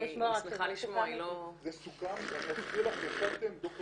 אני שמחה לשמוע- -- זה סוכם, ישבתם עם ד"ר